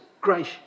grace